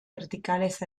verticales